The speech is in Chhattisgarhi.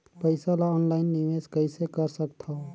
पईसा ल ऑनलाइन निवेश कइसे कर सकथव?